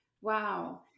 Wow